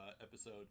episode